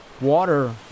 water